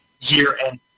year-end